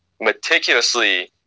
meticulously